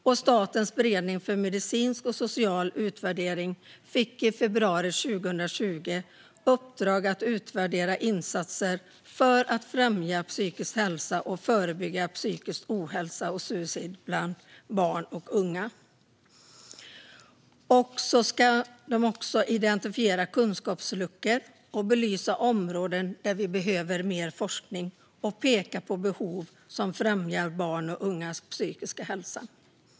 Och Statens beredning för medicinsk och social utvärdering fick i februari 2020 i uppdrag att utvärdera insatserna för att främja psykisk hälsa och förebygga psykisk ohälsa och suicid bland barn och unga. De ska också identifiera kunskapsluckor och belysa områden där vi behöver mer forskning och peka på behov som främjar barns och ungas psykiska hälsa.